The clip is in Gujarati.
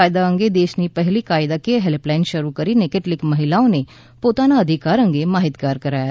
કાયદા અંગે દેશની પહેલી કાયદાકીય હેલ્પલાઇન શરૂ કરીને કેટલીક મહિલાઓને પોતાના અધિકાર અંગે માહિતગાર કરાયા